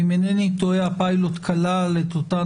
ואם אינני טועה הפיילוט כלל את אותן